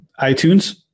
iTunes